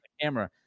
camera